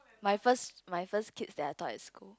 my first my first kids that I taught at school